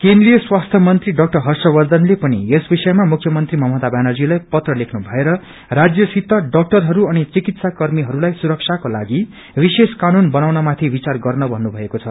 केन्द्रीय स्वास्थ्य मंत्री डा हर्षवर्षनले पनि यस विषयमा मुख्यमन्त्री ममता व्यानर्जीलाई पत्र लेख्नु भएर राज्यसित डाक्टरहरू अनि चिकित्साकर्मीहरूलाई सुरक्षाको लागि विशेष कानून बनाउनमाथि विचर गर्न भन्नुभएको छ